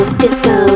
disco